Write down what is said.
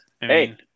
hey